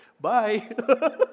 Bye